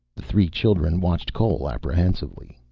the three children watched cole apprehensively.